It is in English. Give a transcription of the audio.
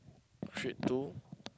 Shrek Two